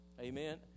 Amen